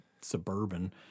suburban